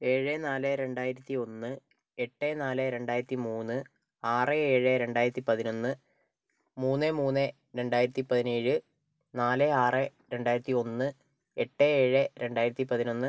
ഏഴ് നാല് രണ്ടായിരത്തി ഒന്ന് എട്ട് നാല് രണ്ടായിരത്തി മൂന്ന് ആറ് ഏഴ് രണ്ടായിരത്തി പതിനൊന്ന് മൂന്ന് മൂന്ന് രണ്ടായിരത്തി പതിനേഴ് നാല് ആറ് രണ്ടായിരത്തി ഒന്ന് എട്ട് ഏഴ് രണ്ടായിരത്തി പതിനൊന്ന്